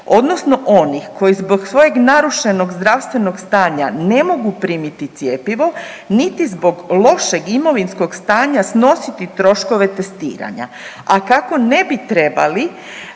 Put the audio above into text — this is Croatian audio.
odnosno onih koji zbog svojeg narušenog zdravstvenog stanja ne mogu primiti cjepivo, niti zbog lošeg imovinskog stanja snositi troškove testiranja, a kako ne bi trebali